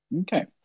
Okay